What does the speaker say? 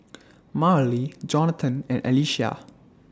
Marlie Jonatan and Alicia